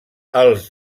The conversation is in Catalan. els